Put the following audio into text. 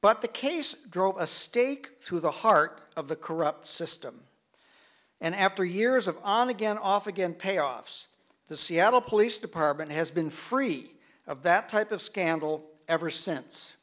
but the case drove a stake through the heart of the corrupt system and after years of on again off again payoffs the seattle police department has been free of that type of scandal ever since